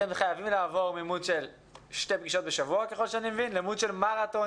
אתם חייבים לעבור ממוד של שתי פגישות לשבוע ככל שאני מבין למוד של מרתון